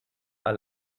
are